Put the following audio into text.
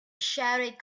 shouted